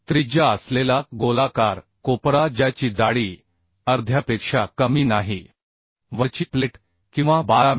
त्रिज्या असलेला गोलाकार कोपरा ज्याची जाडी अर्ध्यापेक्षा कमी नाही वरची प्लेट किंवा 12 मि